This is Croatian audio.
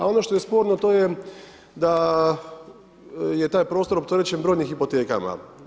A ono što je sporno, to je da je taj prostor opterećen brojnim hipotekama.